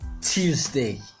Tuesday